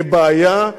לבעיה,